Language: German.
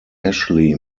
ashley